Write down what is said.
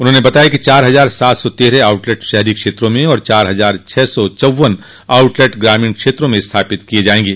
उन्होंने बताया कि चार हजार सात सौ तेरह आउटलेट शहरी क्षेत्रों में और चार हजार छह सौ चौवन आउटलेट ग्रामीण क्षेत्रों में स्थापित किये जायेंगे